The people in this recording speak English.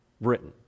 Britain